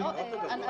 .